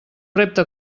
repte